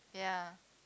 ya